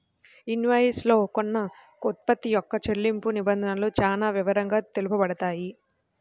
invoice లో కొన్న ఉత్పత్తి యొక్క చెల్లింపు నిబంధనలు చానా వివరంగా తెలుపబడతాయి